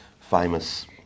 famous